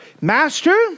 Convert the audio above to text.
Master